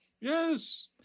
Yes